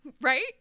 Right